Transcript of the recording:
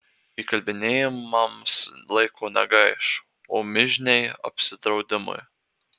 įkalbinėjimams laiko negaiš o mižniai apsidraudimui